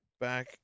back